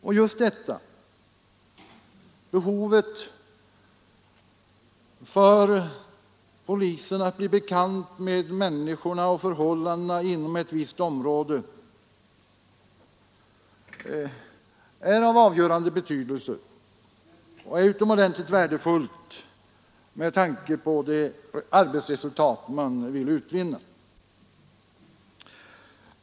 Det finns ett behov för polisen att bli bekant med människorna och förhållandena inom ett visst område. Det är av avgörande betydelse och utomordentligt värdefullt med tanke på det arbetsresultat man vill utvinna.